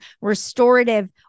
restorative